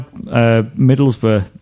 Middlesbrough